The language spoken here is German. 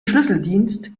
schlüsseldienst